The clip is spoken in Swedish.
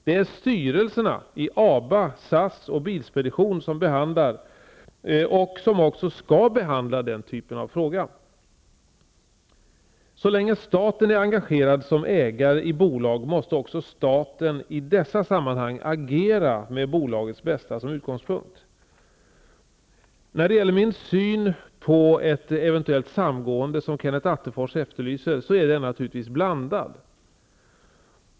Det är styrelserna i ABA, SAS och Bilspedition som behandlar och som också skall behandla den typen av fråga. Så länge staten är engagerad som ägare i bolag måste också staten i dessa sammanhang agera med bolagets bästa som utgångspunkt. När det gäller min syn på ett eventuellt samgående, som Kenneth Attefors efterlyser, så är den naturligtvis blandad.